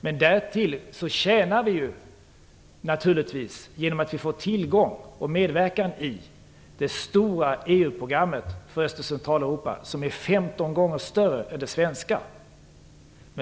Men därtill tjänar vi naturligtvis genom att vi får tillgång till och medverkan i det stora 15 gånger större än det svenska.